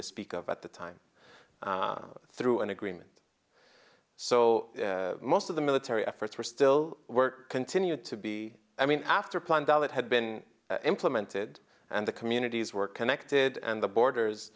to speak of at the time through an agreement so most of the military efforts were still were continued to be i mean after plan that had been implemented and the communities were connected and the borders